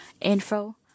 info